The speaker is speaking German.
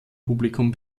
publikum